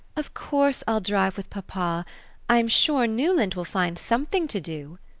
of course i'll drive with papa i'm sure newland will find something to do,